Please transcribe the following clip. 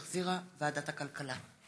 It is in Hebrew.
שהחזירה ועדת הכלכלה.